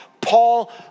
Paul